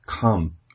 Come